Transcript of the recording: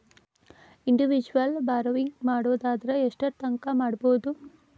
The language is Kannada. ಇಂಡಿವಿಜುವಲ್ ಬಾರೊವಿಂಗ್ ಮಾಡೊದಾರ ಯೆಷ್ಟರ್ತಂಕಾ ಮಾಡ್ಬೋದು?